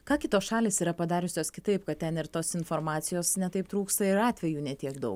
ką kitos šalys yra padariusios kitaip kad ten ir tos informacijos ne taip trūksta ir atvejų ne tiek daug